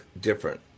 different